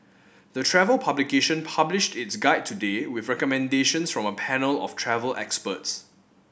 the travel publication published its guide today with recommendations from a panel of travel experts